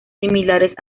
similares